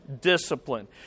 discipline